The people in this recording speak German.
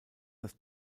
das